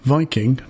Viking